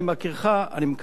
אני מקווה שזה לא כך.